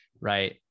right